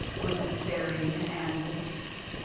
elizabeth barry and ann oldfield.